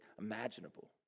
imaginable